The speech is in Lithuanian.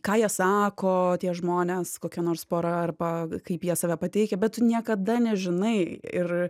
ką jie sako tie žmonės kokia nors pora arba kaip jie save pateikia bet tu niekada nežinai ir